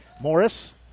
Morris